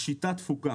השיטה דפוקה.